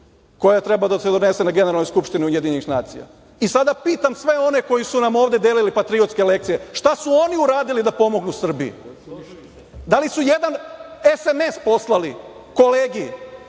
koja treba da se donese na Generalnoj skupštini UN.I sada pitam sve one koji su nam ovde delili patriotske lekcije – šta su oni uradili da pomognu Srbiji? Da li su jedan SMS poslali kolegi